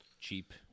cheap